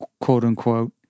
quote-unquote